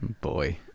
boy